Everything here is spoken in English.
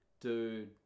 Dude